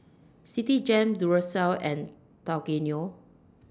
Citigem Duracell and Tao Kae Noi